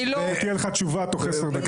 תהיה לך תשובה תוך עשר דקות.